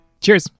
Cheers